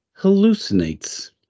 hallucinates